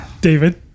David